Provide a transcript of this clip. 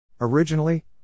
Originally